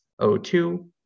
O2